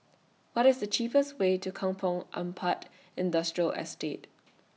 What IS The cheapest Way to Kampong Ampat Industrial Estate